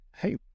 Hey